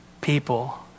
people